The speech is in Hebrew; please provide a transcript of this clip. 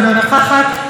אינה נוכחת,